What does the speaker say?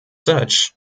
such